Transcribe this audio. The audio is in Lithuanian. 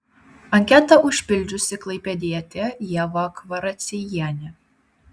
anketą užpildžiusi klaipėdietė ieva kvaraciejienė